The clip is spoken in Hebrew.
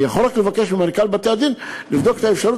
אני יכול רק לבקש ממנכ"ל בתי-הדין לבדוק את האפשרות